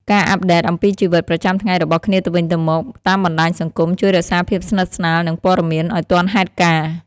ការអាប់ដេតអំពីជីវិតប្រចាំថ្ងៃរបស់គ្នាទៅវិញទៅមកតាមបណ្តាញសង្គមជួយរក្សាភាពស្និទ្ធស្នាល និងព័ត៌មានឲ្យទាន់ហេតុការណ៍ ។